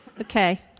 Okay